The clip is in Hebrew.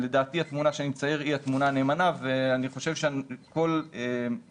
לדעתי התמונה שאני מצייר היא התמונה הנאמנה ואני חושב שכל מערך